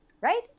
right